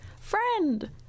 friend